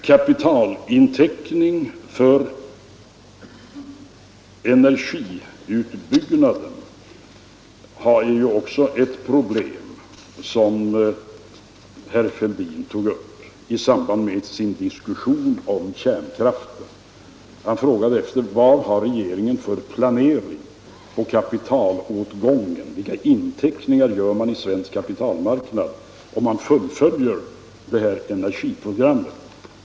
Kapitalinteckning för energiutbyggnaden innebär ju också ett problem som herr Fälldin tog upp i samband med sin diskussion om kärnkraften. Han frågade efter vad regeringen har för planering, om kapitalåtgången och om vilka inteckningar man gör i den svenska kapitalmarknaden om man fullföljer detta energiprogram.